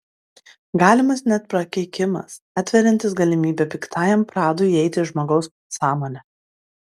galimas net prakeikimas atveriantis galimybę piktajam pradui įeiti į žmogaus sąmonę